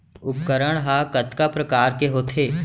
उपकरण हा कतका प्रकार के होथे?